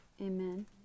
Amen